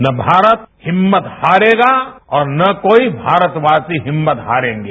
ना भारत हिम्मत हारेगा और ना कोईमारतवासी हिम्मत हारेंगे